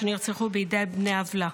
שנרצחו בידי בני עוולה.